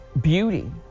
beauty